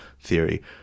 theory